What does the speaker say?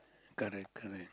correct correct